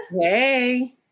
Hey